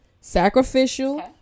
sacrificial